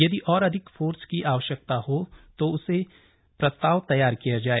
यदि और अधिक फोर्स की आवश्यकता हो तो इसके लिए प्रस्ताव तैयार किया जाए